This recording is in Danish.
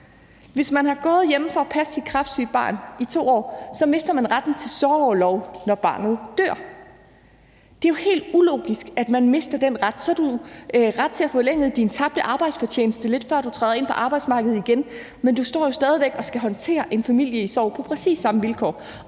fordi man har gået hjemme for at passe sit kræftsyge barn, så mister man retten til sorgorlov, når barnet dør, og det er jo helt ulogisk, at man mister den ret. Du har så en ret til at få forlænget det i forhold til din tabte arbejdsfortjeneste lidt, før du træder ind på arbejdsmarkedet igen. Men du står jo stadig væk og skal håndtere en familie i sorg på præcis de samme vilkår,